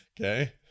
Okay